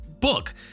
book